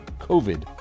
covid